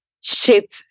shape